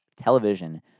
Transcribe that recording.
television